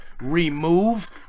remove